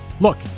Look